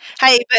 Hey